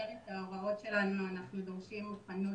במסגרת ההוראות שלנו אנחנו דורשים מוכנות